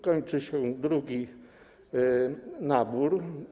Kończy się drugi nabór.